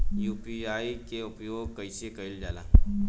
UPI के उपयोग कइसे कइल जाला?